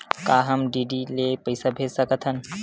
का हम डी.डी ले पईसा भेज सकत हन?